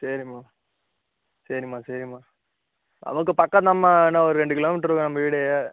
சரிம்மா சரிம்மா சரிம்மா நமக்கு பக்கம் தாம்மா என்ன ஒரு ரெண்டு கிலோமீட்ரு இருக்கும் நம்ம வீடு